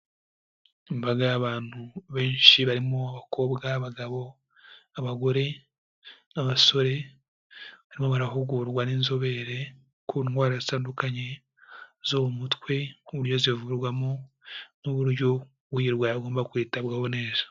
Imbaga y'abantu benshi barimo abakobwa, abagabo, abagore n'abasore. Barahugurwa n'inzobere ku ndwara zitandukanye zo m'umutwe ku buryo zivurwamo n'uburyo uyirwaye agomba kwitabwaho neza.